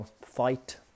fight